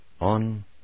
on